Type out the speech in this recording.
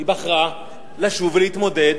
היא בחרה לשוב ולהתמודד